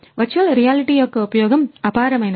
virtual reality యొక్క ఉపయోగం అపారమైనది